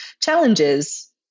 challenges